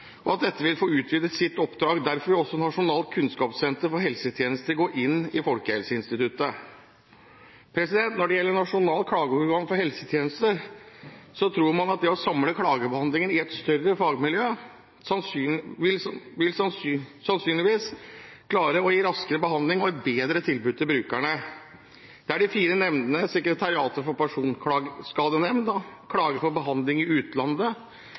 og at dette vil få utvidet sitt oppdrag. Derfor vil også Nasjonalt kunnskapssenter for helsetjenester gå inn i Folkehelseinstituttet. Når det gjelder Nasjonalt klageorgan for helsetjenester, tror man at det å samle klagebehandlingen i et større fagmiljø sannsynligvis vil gi raskere behandling og et bedre tilbud til brukerne. Det er de fire nemndene Sekretariatet for personskadenemnda, Klagenemnda for behandling i utlandet,